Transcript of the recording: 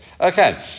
Okay